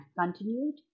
continued